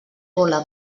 gola